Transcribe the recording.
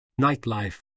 Nightlife